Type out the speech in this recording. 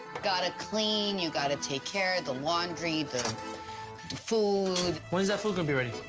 gotta clean, you've gotta take care of the laundry. the food. when is that food gonna be ready?